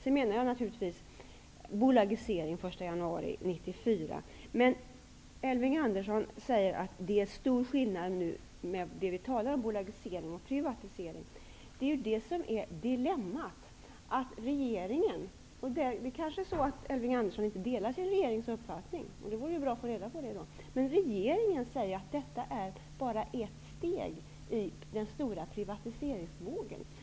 Sedan menar jag naturligtvis bolagisering den 1 Elving Andersson säger att det är stor skillnad mellan bolagisering och privatisering. Elving Andersson kanske inte delar sin regerings uppfattning, och det vore ju bra att få reda på det då, men regeringen säger att bolagisering är bara ett steg i den stora privatiseringsvågen.